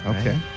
Okay